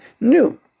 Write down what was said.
new